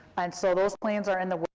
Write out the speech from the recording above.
and so those plans are in the.